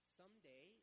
someday